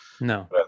No